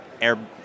air